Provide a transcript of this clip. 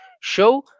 show